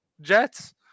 Jets